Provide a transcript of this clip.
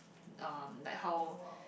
um like how